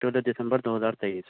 چودہ دسمبر دو ہزار تیئس